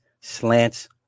slants